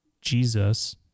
Jesus